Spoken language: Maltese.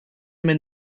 min